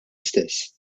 istess